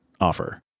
offer